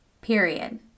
period